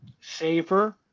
safer